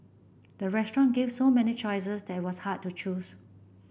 the restaurant gave so many choices that it was hard to choose